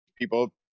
people